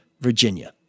Virginia